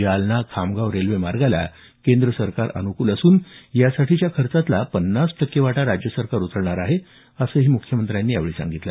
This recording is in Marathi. जालना खामगाव रेल्वे मार्गाला केंद्र सरकार अनुकूल असून यासाठीच्या खर्चातला पन्नास टक्के वाटा राज्य सरकार उचलणार आहे असंही मुख्यमंत्र्यांनी यावेळी सांगितलं